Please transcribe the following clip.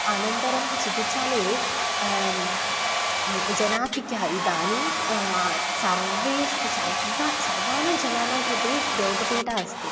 अनन्तरं चिकित्सालये जनाधिक्यम् इदानीं सर्वेषु सर्वेषां सर्वेषां जनानां कृते रोगपीडा अस्ति